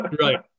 right